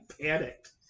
panicked